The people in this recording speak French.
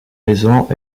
maisons